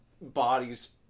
bodies